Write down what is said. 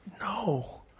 No